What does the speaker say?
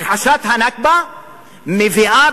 הכחשת הנכבה מביאה,